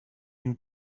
new